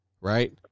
right